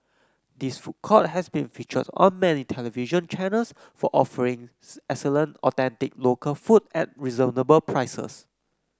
this food court has been featured on many television channels for offering excellent authentic local food at reasonable prices